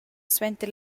suenter